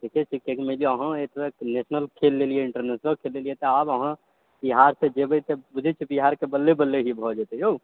देखय छियै कि अहाँ मानि लिअ की अहाँ नेशनल खेल लेलिए इन्टरनेशनल खेल लेलिए तऽ आबऽ अहाँ बिहारसँ जेबय तऽ बूझैत छियै बिहारके बल्ले बल्ले ही भऽ जेतय यौ